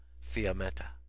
Fiametta